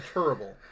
Terrible